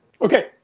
Okay